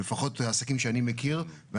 לפחות עסקים שאני מכיר.